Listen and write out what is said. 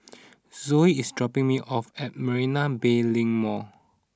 Zoey is dropping me off at Marina Bay Link Mall